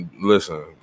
Listen